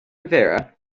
riviera